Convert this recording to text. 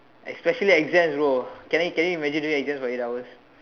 especially exam bro can you can you imagine doing exam for eight hours